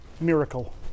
Miracle